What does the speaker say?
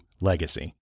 legacy